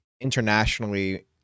internationally